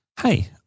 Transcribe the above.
hey